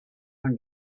own